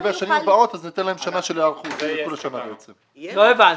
--- לא הבנתי.